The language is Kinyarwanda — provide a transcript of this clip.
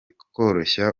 koroshya